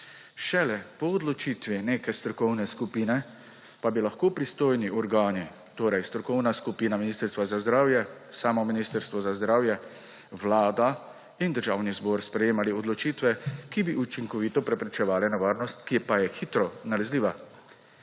Šele po odločitvi neke strokovne skupine pa bi lahko pristojni organi, torej strokovna skupina Ministrstva za zdravje, samo Ministrstvo za zdravje, Vlada in Državni zbor, sprejemali odločitve, ki bi učinkovito preprečevale nevarnost, ki pa je hitro nalezljiva.